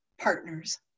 partners